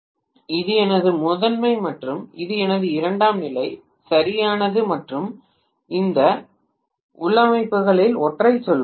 ஒருவேளை இது எனது முதன்மை மற்றும் இது எனது இரண்டாம் நிலை சரியானது மற்றும் இந்த உள்ளமைவுகளில் ஒன்றைச் சொல்வோம்